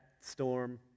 storm